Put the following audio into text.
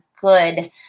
good